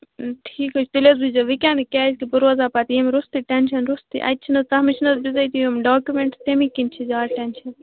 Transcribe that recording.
ٹھیٖک حظ چھُ تیٚلہِ حظ وُچھ زیٚو وُکٮ۪نٕے کیٛازِکہِ بہٕ روزٕ ہا پَتہٕ ییٚمہِ روٚستٕے ٹٮ۪نشَن روٚستٕے اَتہِ چھِنہٕ حظ تَتھ منٛز چھِنہٕ حظ بِظٲتی یِم ڈاکیٛومینٹٕس تَمے کِنۍ چھُ زیادٕ ٹٮ۪نشَن